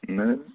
نَہ حظ